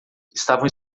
estavam